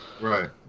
Right